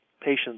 patients